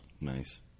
Nice